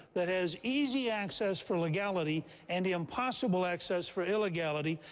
that has easy access for legality and impossible access for illegality.